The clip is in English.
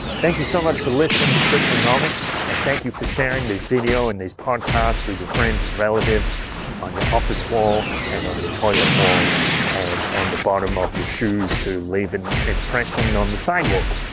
thank you so much for listening to cryptonomics and thank you for sharing this video and these podcasts with your friends and relatives on your office wall and on your toilet wall and on the bottom of your shoes to leave an impression on the sidewalk.